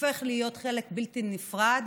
הופך להיות חלק בלתי נפרד